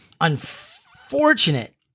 unfortunate